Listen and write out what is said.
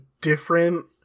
different